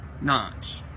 notch